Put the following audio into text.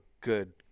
good